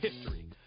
history